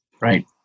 Right